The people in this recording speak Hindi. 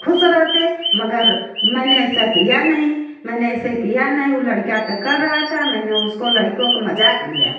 ख़ुश रहते मगर मैंने ऐसा किया नहीं मैंने ऐसे किया नहीं वो लड़िका तो कर रहा था मैंने उसको लड़के का मज़ाक किया